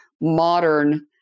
modern